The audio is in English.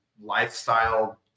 lifestyle